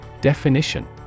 Definition